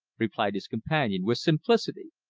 replied his companion with simplicity.